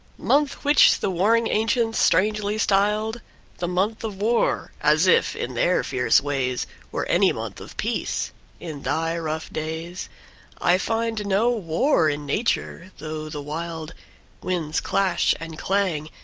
month which the warring ancients strangely styled the month of war as if in their fierce ways were any month of peace in thy rough days i find no war in nature, though the wild winds clash and clang,